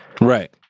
Right